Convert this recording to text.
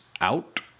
out